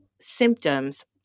symptoms